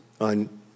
on